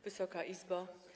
Wysoka Izbo!